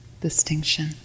distinction